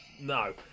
No